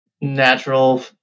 natural